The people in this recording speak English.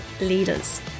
leaders